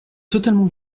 totalement